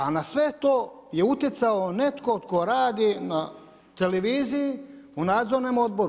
A na sve to je utjecao netko tko radi na televiziji u Nadzornom odboru.